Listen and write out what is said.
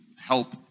help